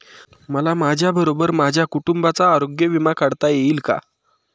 मला माझ्याबरोबर माझ्या कुटुंबाचा आरोग्य विमा काढता येईल का?